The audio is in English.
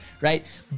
right